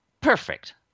perfect